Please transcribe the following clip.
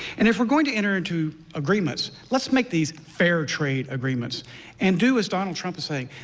and if we're going to enter into agreements, let's make these fair trade agreements and do as donald trump is saying,